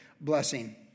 blessing